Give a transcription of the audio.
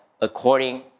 according